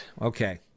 Okay